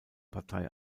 partei